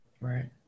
Right